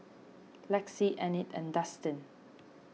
Lexi Enid and Dustin